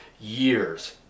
years